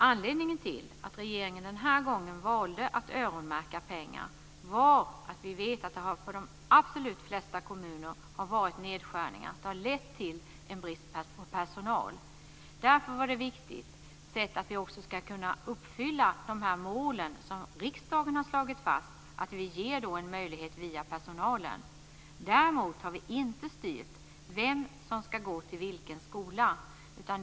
Anledningen till att regeringen den här gången valde att öronmärka pengar var att vi vet att det i de allra flesta kommuner har skett nedskärningar som har lett till en brist på personal. Därför var det viktigt, också för att vi ska kunna uppfylla de mål som riksdagen har slagit fast, att vi ger en möjlighet via personalen. Däremot har vi inte styrt vem som ska gå till vilken skola.